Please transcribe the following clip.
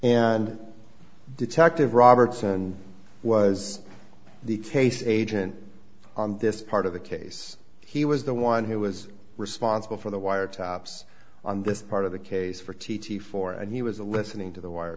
and detective roberts and was the case agent on this part of the case he was the one who was responsible for the wiretaps on this part of the case for t t four and he was listening to the